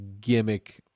gimmick